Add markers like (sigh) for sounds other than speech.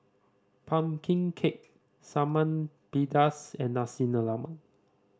pumpkin cake (unintelligible) pedas and Nasi Lemak